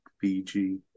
Fiji